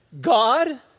God